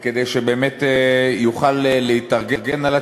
כדי שבאמת יוכל להתארגן על עצמו,